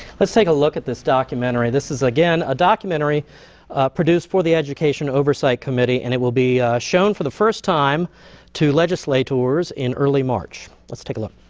let's take a look at this documentary. this is again a documentary produced for the education oversight committee. and it will be shown for the first time to legislators in early march. let's take a look.